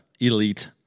Elite